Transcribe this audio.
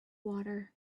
water